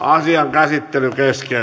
käsittelyyn